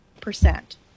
percent